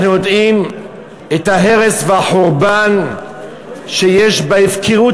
אנחנו יודעים את ההרס והחורבן שיש בהפקרות